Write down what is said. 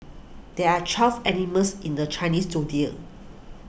there are twelve animals in the Chinese zodiac